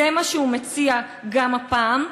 זה מה שהוא מציע גם הפעם.